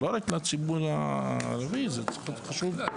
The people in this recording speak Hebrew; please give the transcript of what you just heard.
זה לא רק לציבור הערבי זה צריך להיות חשוב בכלל.